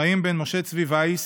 חיים בן משה צבי וייס,